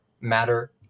matter